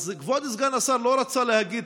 אז כבוד סגן השר לא רצה להגיד,